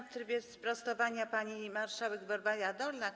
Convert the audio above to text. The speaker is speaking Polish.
W trybie sprostowania pani marszałek Barbara Dolniak.